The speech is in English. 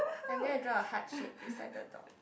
I'm gonna draw a heart shape beside the dog